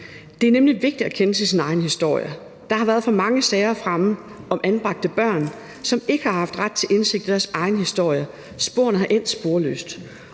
Det er nemlig vigtigt at kende til sin egen historie. Der har været for mange sager fremme om anbragte børn, som ikke har haft ret til indsigt i deres egen historie. Sporene er endt sporløst.